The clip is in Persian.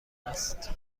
است